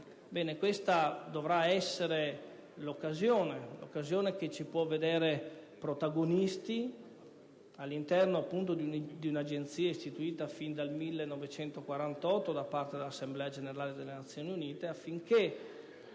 questa dovrà essere l'occasione che ci può vedere protagonisti all'interno dell'Agenzia - istituita fin dal 1948 da parte dell'Assemblea generale delle Nazioni Unite - affinché